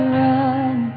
run